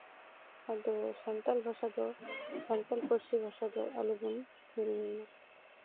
ᱟᱫᱚ ᱥᱟᱱᱛᱟᱲ ᱵᱷᱟᱥᱟ ᱫᱚ ᱥᱟᱱᱛᱟᱲ ᱯᱟᱹᱨᱥᱤ ᱵᱷᱟᱥᱟ ᱫᱚ ᱟᱞᱚ ᱵᱚᱱ ᱦᱤᱲᱤᱧ ᱢᱟ